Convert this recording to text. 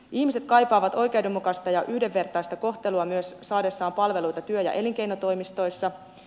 ihmiset kaipaavat oikeudenmukaista ja yhdenvertaista kohtelua myös saadessaan palveluita työ ja elinkeinotoimistoissa